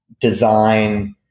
design